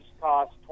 cost